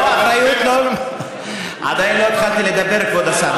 לא אחריות ולא, עדיין לא התחלתי לדבר, כבוד השר.